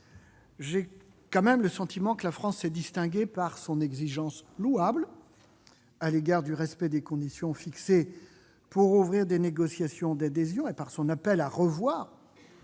J'ai le sentiment que la France s'est distinguée par son exigence louable à l'égard du respect des conditions fixées pour ouvrir des négociations d'adhésion et par son appel à revoir